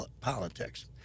politics